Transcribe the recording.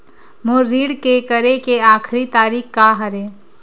मोर ऋण के करे के आखिरी तारीक का हरे?